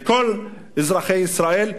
לכל אזרחי ישראל,